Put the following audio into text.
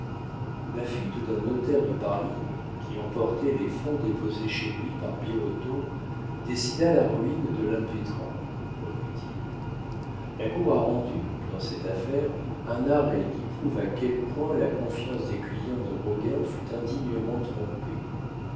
la fuite d'un notaire de paris qui emportait les fonds déposés chez lui par birotteau décida la ruine de l'impétrant reprit-il la cour a rendu dans cette affaire un arrêt qui prouve à quel point la confiance des clients de roguin fut indignement trompée